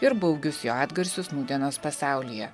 ir baugius jo atgarsius nūdienos pasaulyje